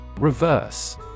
Reverse